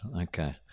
okay